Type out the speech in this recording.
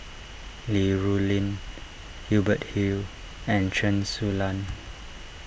Li Rulin Hubert Hill and Chen Su Lan